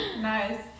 Nice